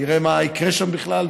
נראה מה יקרה שם בכלל,